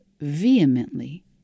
vehemently